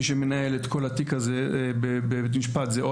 מי שמנהל את כל התיק הזה בבית-משפט זה או